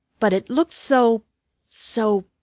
but it looked so so